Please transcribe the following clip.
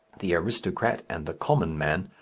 the aristocrat and the common man,